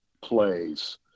plays